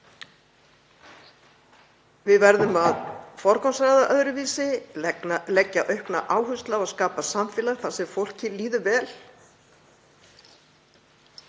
Við verðum að forgangsraða öðruvísi og leggja aukna áherslu á að skapa samfélag þar sem fólki líður vel,